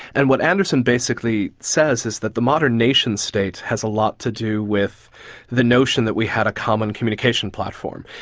and what anderson basically says is that the modern nation-state has a lot to do with the notion that we had a common communication platform.